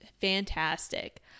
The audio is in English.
fantastic